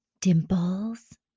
dimples